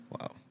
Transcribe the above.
Wow